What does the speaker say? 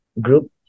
group